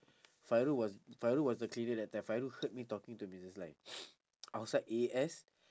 fairul was fairul was the cleaner that time fairul heard me talking to missus lai outside A_S